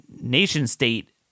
nation-state